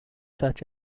such